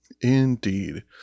indeed